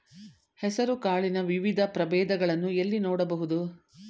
ಹೆಸರು ಕಾಳಿನ ವಿವಿಧ ಪ್ರಭೇದಗಳನ್ನು ಎಲ್ಲಿ ನೋಡಬಹುದು?